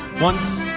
once,